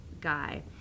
guy